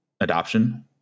adoption